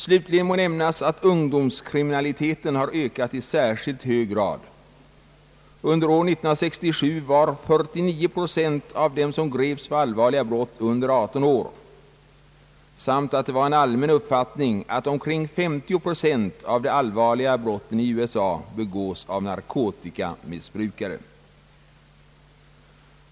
Vidare må nämnas att ungdomskriminaliteten har ökat i särskilt hög grad — år 1967 var 49 procent av dem som greps för allvarliga brott yngre än 18 år — och att det var en allmän uppfattning att omkring 50 procent av de allvarligare brotten i USA begåtts av narkotikamissbrukare.